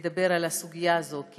ידבר על הסוגיה הזאת,